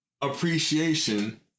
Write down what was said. appreciation